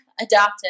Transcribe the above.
adopted